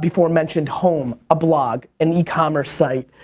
before mentioned home, a blog, an e-commerce site,